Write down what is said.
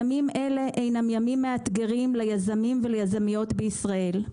ימים אלה הינם ימים מאתגרים ליזמים וליזמיות בישראל.